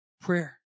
Prayer